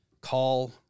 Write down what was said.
call